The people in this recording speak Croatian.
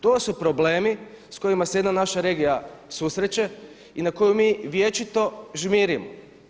To su problemi s kojima se jedna naša regija susreće i na koju mi vječito žmirimo.